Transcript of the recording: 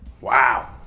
wow